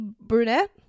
brunette